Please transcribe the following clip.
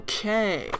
Okay